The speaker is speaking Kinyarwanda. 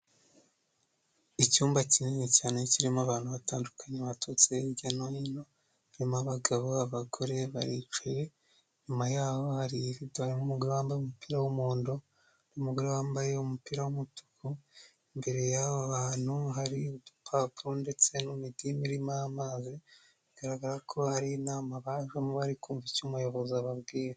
Icyumba kinini cyane kirimo abantu batandukanye baturutse hirya no hino hari abagabo abagore baricaye inyuma yahovitormugabo wambaye umupira w'umuhondo numugore wambaye umupira wumutuku imbere y' bantu hari udupapuro ndetse no mitiimirima amazi bigaragara ko hari inama bajemo bari kumva icyo umuyobozi ababwira.